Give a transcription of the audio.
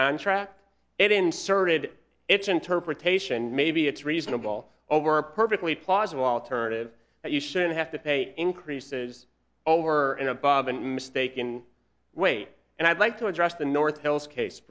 contract it inserted its interpretation maybe it's reasonable over a perfectly plausible alternative that you shouldn't have to pay increases over and above an mistaken way and i'd like to address the north hills case